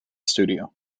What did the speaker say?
studio